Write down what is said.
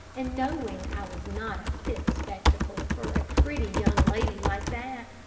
and knowing i was not a fit spectacle for a pretty young lady like that,